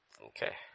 Okay